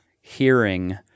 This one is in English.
hearing